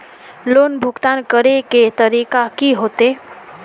Loan भुगतान करे के तरीका की होते?